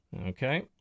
Okay